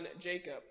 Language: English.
Jacob